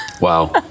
Wow